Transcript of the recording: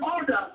order